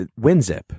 WinZip